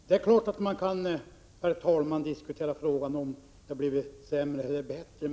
Herr talman! Det är klart att man kan diskutera om det har blivit sämre eller bättre.